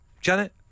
Janet